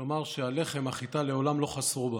כלומר שהלחם, החיטה, לעולם לא חסרו בה.